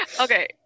okay